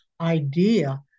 idea